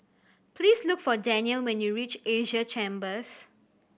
please look for Danyel when you reach Asia Chambers